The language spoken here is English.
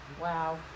Wow